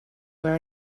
where